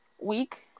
week